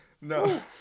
No